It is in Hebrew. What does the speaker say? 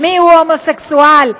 מי הומוסקסואל,